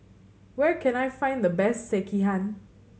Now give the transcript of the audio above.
where can I find the best Sekihan